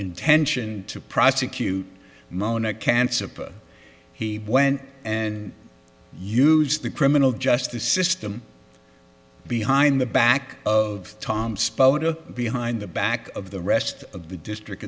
intention to prosecute moana cancer he went and used the criminal justice system behind the back of tom spoto behind the back of the rest of the district